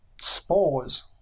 spores